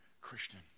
Christian